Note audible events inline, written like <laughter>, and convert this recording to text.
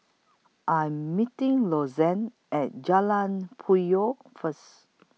I'm meeting <unintelligible> At Jalan Puyoh First